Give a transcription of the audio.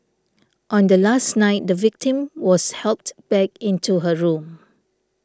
on the last night the victim was helped back into her room